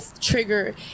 trigger